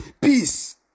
peace